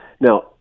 Now